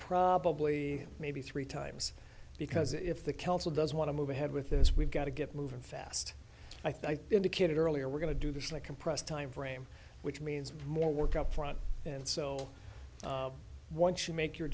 probably maybe three times because if the council does want to move ahead with this we've got to get moving fast i think the kid earlier we're going to do this like compressed time frame which means more work up front and so once you make your